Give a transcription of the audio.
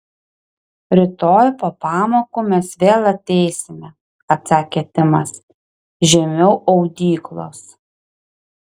rytoj po pamokų mes vėl ateisime atsakė timas žemiau audyklos